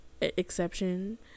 exception